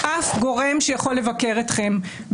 אף גורם שיכול לבקר אתכם.